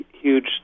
huge